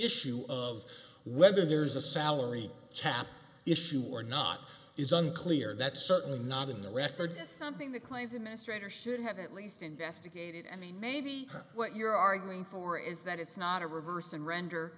issue of whether there's a salary cap issue or not is unclear that's certainly not in the record something that claims administrator should have at least investigated and maybe what you're arguing for is that it's not a reverse and render